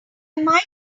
might